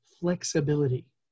flexibility